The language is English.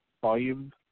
volume